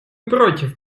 против